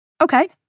Okay